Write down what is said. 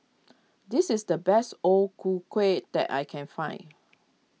this is the best O Ku Kueh that I can find